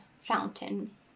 fountain